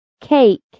Cake